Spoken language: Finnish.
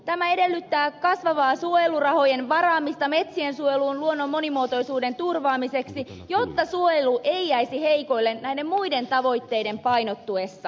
tämä edellyttää kasvavaa suojelurahojen varaamista metsiensuojeluun luonnon monimuotoisuuden turvaamiseksi jotta suojelu ei jäisi heikoille näiden muiden tavoitteiden painottuessa